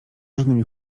różnymi